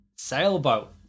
sailboat